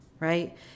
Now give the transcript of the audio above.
right